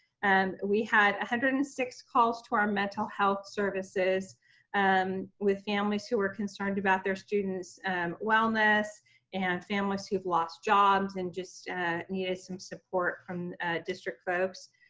and we had one hundred and six calls to our mental health services um with families who are concerned about their students' wellness and families who've lost jobs and just needed some support from district folks.